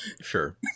Sure